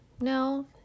No